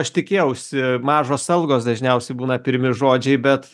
aš tikėjausi mažos algos dažniausiai būna pirmi žodžiai bet